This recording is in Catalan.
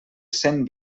cent